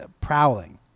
prowling